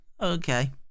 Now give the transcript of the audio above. okay